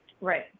Right